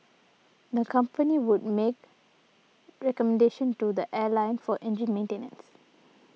the company would make recommendations to the airline for engine maintenance